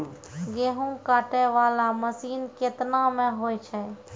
गेहूँ काटै वाला मसीन केतना मे होय छै?